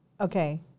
Okay